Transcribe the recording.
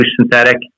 synthetic